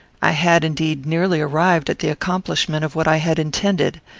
i had, indeed, nearly arrived at the accomplishment of what i had intended.